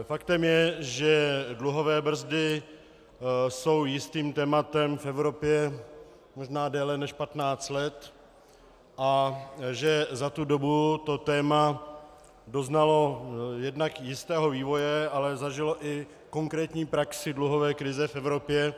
Faktem je, že dluhové brzdy jsou jistým tématem v Evropě možná déle než 15 let a že za tu dobu to téma doznalo jednak jistého vývoje, ale zažilo i konkrétní praxi dluhové krize v Evropě.